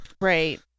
Right